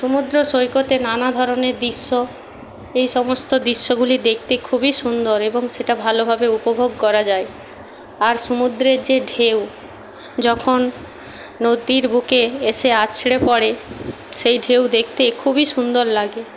সুমুদ্র সৈকতে নানা ধরনের দৃশ্য এই সমস্ত দৃশ্যগুলি দেখতে খুবই সুন্দর এবং সেটা ভালোভাবে উপভোগ করা যায় আর সুমুদ্রের যে ঢেউ যখন নদীর বুকে এসে আছড়ে পড়ে সেই ঢেউ দেখতে খুবই সুন্দর লাগে